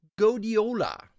Godiola